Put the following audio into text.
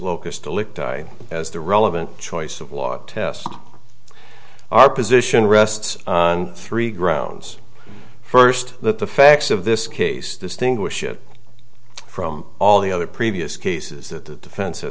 locus to licht i as the relevant choice of law test our position rests on three grounds first that the facts of this case distinguish it from all the other previous cases that the defens